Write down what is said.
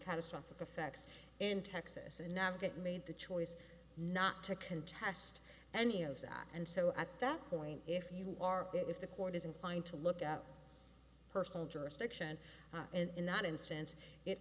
catastrophic of fex in texas and not get made the choice not to contest any of that and so at that point if you are if the court is inclined to look at personal jurisdiction in that instance it